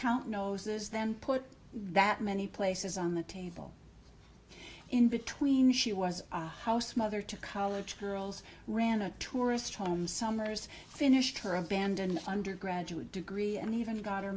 count noses then put that many places on the table in between she was our house mother to college girls ran a tourist home summers finished her abandon undergraduate degree and even got her